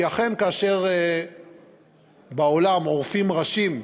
כי אכן, כאשר בעולם עורפים ראשים,